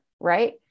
right